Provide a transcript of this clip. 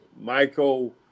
Michael